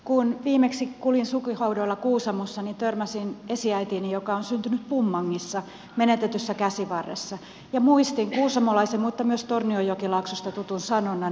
kun viimeksi kuljin sukuhaudoilla kuusamossa törmäsin esiäitiini joka on syntynyt pummangissa menetetyssä käsivarressa ja muistin kuusamolaisen mutta myös tornionjokilaaksosta tutun sanonnan